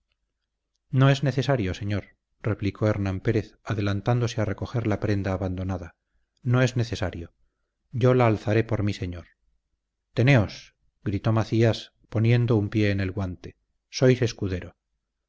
no es necesario señor replicó hernán pérez adelantándose a recoger la prenda abandonada no es necesario yo la alzaré por mi señor teneos gritó macías poniendo un pie en el guante sois escudero